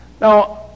Now